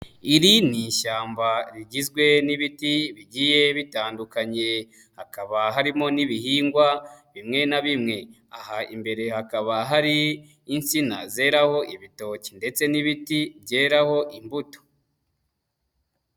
Iri ni ishyamba rigizwe n'ibiti bigiye bitandukanye, hakaba harimo n'ibihingwa bimwe na bimwe. Aha imbere hakaba hari insina zeraho ibitoki ndetse n'ibiti byeraraho imbuto.